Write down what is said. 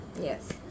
Yes